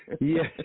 Yes